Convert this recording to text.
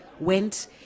went